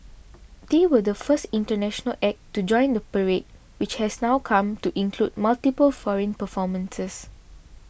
they were the first international act to join the parade which has now come to include multiple foreign performances